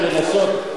לתת לכם לנסות?